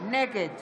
נגד